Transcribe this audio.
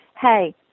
hey